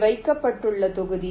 இது வைக்கப்பட்டுள்ள தொகுதி